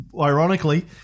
ironically